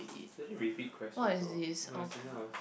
could you repeat question or no as in that was